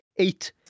Eight